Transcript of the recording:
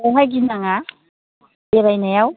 बावहाय गिनाङा बेरायनायाव